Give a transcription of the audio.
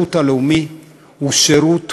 השירות הלאומי הוא שירות